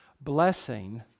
blessing